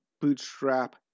Bootstrap